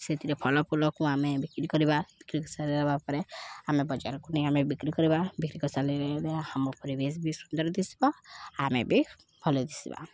ସେଥିରେ ଫଳ ଫୁଲକୁ ଆମେ ବିକ୍ରି କରିବା ବିକ୍ରି କରି ସାରିବା ପରେ ଆମେ ବଜାରକୁ ନେଇ ଆମେ ବିକ୍ରି କରିବା ବିକ୍ରି କରିସାରିଲେ ଆମ ପରିବେଶ ବି ସୁନ୍ଦର ଦିଶିବ ଆମେ ବି ଭଲ ଦିଶିବା